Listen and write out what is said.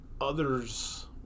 others